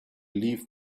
leave